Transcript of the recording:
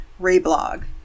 reblog